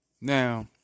Now